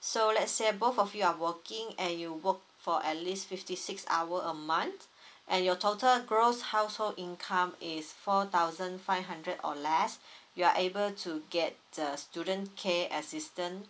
so lets say both of you are working and you worked for at least fifty six hour a month and your total gross household income is four thousand five hundred or less you are able to get the student care assistance